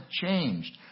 changed